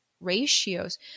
ratios